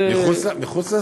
מחוץ לזמן?